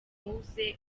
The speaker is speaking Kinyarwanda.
mowzey